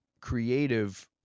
creative